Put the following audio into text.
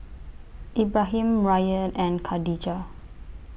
Ibrahim Ryan and Khadija